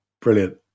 brilliant